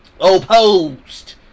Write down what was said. opposed